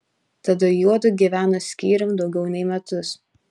tada juodu gyveno skyrium daugiau nei metus